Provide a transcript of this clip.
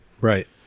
Right